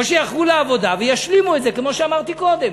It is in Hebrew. או שיאחרו לעבודה וישלימו את זה, כמו שאמרתי קודם.